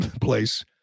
place